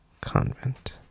convent